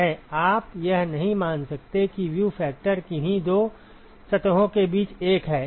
आप यह नहीं मान सकते कि व्यू फ़ैक्टर किन्हीं दो सतहों के बीच एक है